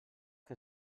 que